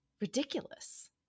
ridiculous